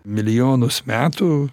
milijonus metų